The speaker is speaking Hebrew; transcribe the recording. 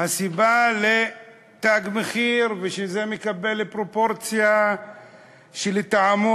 הסיבה ל"תג מחיר", ושזה מקבל פרופורציה שלטעמו